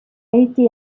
été